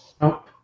No